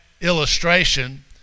illustration